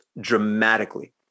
dramatically